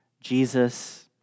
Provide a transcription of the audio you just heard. Jesus